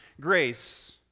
grace